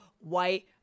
white